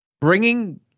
Bringing